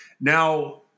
Now